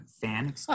fan